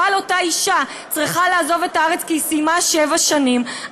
ואותה אישה צריכה לעזוב את הארץ כי היא סיימה שבע שנים,